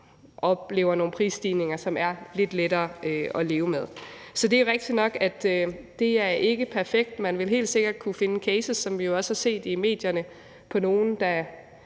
oplever nogle prisstigninger, som er lidt lettere at leve med. Så det er rigtigt nok, at det ikke er perfekt. Man vil helt sikkert kunne finde cases, som vi jo også har set i medierne, på nogle, der